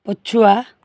ପଛୁଆ